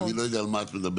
אני לא יודע על מה את מדברת.